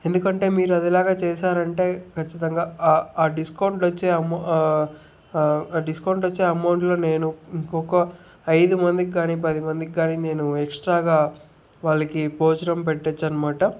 ఎందుకంటే మీరు అదేలాగా చేసారంటే ఖచ్చితంగా ఆ డిస్కౌంట్లో వచ్చే ఆ డిస్కౌంట్లో వచ్చే అమౌంట్లో నేను ఇంకొక ఐదు మందికి కానీ పది మందికి కానీ నేను ఎక్స్ట్రాగా వాళ్ళకి భోజనం పెట్టచ్చు అనమాట